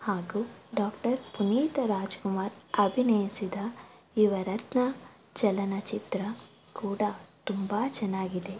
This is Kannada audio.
ಹಾಗು ಡಾಕ್ಟರ್ ಪುನೀತ್ ರಾಜ್ಕುಮಾರ್ ಅಭಿನಯಿಸಿದ ಯುವರತ್ನ ಚಲನಚಿತ್ರ ಕೂಡ ತುಂಬ ಚೆನ್ನಾಗಿದೆ